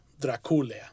Dracula